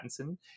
Pattinson